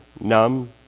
numb